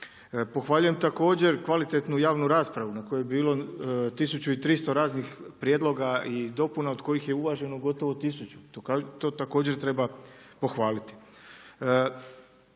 Pohvaljujem također kvalitetnu javnu raspravu na kojoj je bilo 1300 raznih prijedloga i dopuna od kojih je uvaženo gotovo tisuću, to također treba pohvaliti.